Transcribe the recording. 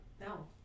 No